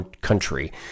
country